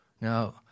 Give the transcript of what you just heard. Now